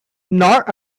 nor